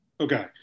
okay